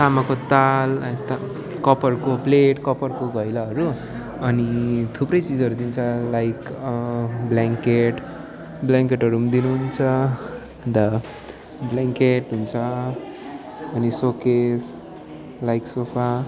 तामाको थाल अन्त कपरहरूको प्लेट कपरको घैलाहरू अनि थुप्रै चिजहरू दिन्छ लाइक ब्ल्याङ्केट ब्ल्याङ्केटहरू पनि दिनुहुन्छ अन्त ब्ल्याङ्केट हुन्छ अनि सोकेस लाइक सोफा